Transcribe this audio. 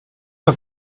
her